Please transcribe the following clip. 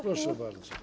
Proszę bardzo.